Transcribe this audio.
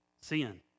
sin